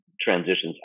transitions